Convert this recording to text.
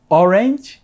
orange